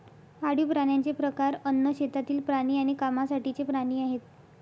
पाळीव प्राण्यांचे प्रकार अन्न, शेतातील प्राणी आणि कामासाठीचे प्राणी आहेत